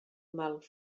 mal